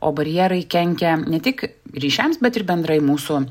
o barjerai kenkia ne tik ryšiams bet ir bendrai mūsų